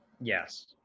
Yes